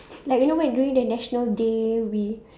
like you know when doing the national day we